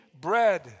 bread